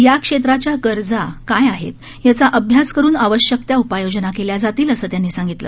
या क्षेत्राच्या गरजा काय आहेत याचा अभ्यास करून आवश्यक त्या उपाययोजना केल्या जातील असं त्यांनी सांगितलं